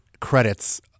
credits